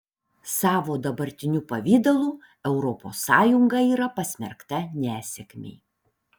savo dabartiniu pavidalu europos sąjunga yra pasmerkta nesėkmei